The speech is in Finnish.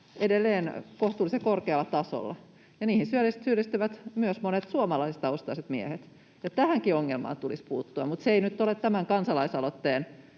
kohtuullisen korkealla tasolla ja niihin syyllistyvät myös monet suomalaistaustaiset miehet. Tähänkin ongelmaan tulisi puuttua, mutta se ei nyt ole tämän kansalaisaloitteen